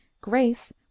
Grace